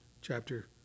Chapter